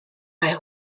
bei